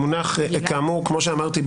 כמו שאמרתי,